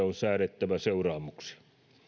on säädettävä seuraamuksia